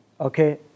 okay